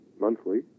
monthly